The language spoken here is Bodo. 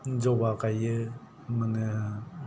जबा गायो माने